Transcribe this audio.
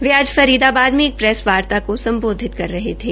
वह आज फरीदाबाद में एक प्रेस वार्ता को संबोधित कर रहे थे